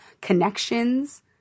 connections